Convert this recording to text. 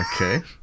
Okay